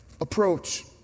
approach